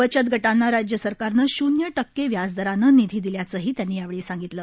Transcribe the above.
बचत गटांना राज्य सरकारनं शून्य टक्के व्याजदरानं निधी दिल्याचंही त्यांनी यावेळी सांगितलं